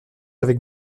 avec